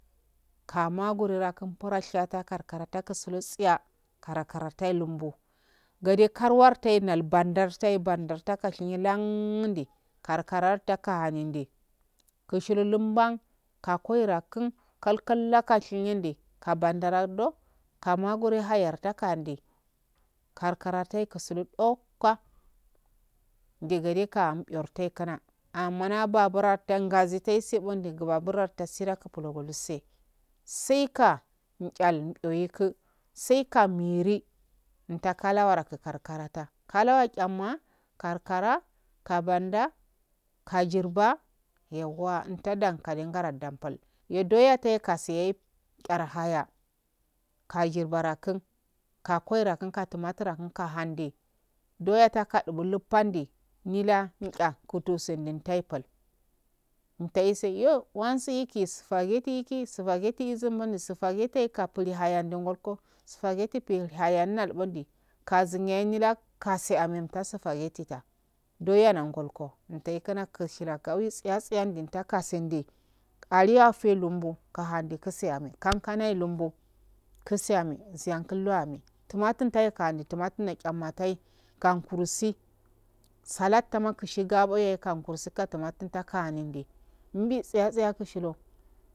Kama gododa kumplatsa karkara tkuslo tsiya kara kara tai lumba gade karwa tai nar bandar tai bandar taka shinye lan ndi karkarar tukani kushilo lumbari ka koira kun kal kal shinyende kaba ndara do kama gorel hayartaka hande karkari tai kusudo do ndegade kambiyo tai kuna ammana babura tan ngasi taise bunde babura tasida kupulodo gose sai ka mchal mdoiku saikal miri mtakala wara karkarata kalawo chamona karkara kabande kajirba yauwa nta dankalinda gadam pal iyo doyade kasiye charahaya kajirabara kun ka hande doya takdubal pande nyila ncha kutu sendin tai pul mtehesai yo wanti ise spageti iki spageti isum mami spageti kapli hayan ndengolko spageti pil hayannalbondi kazinyin laye nilan kasi amem supageti ta doyana ngolko intai kana kur shinaka wi tsiya tsiyande takasende aloyafon nde lumbo kahinde kise ame kan kanaye lumbo kuse ame siyan kullo ame jumajura tai kande jumatun ma tchanatai kam kursi sulate ama kushi gabo yaye ka bursi ka tumatum ta kanin ndi mbi tsiyatsiya kushilo.